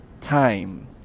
Time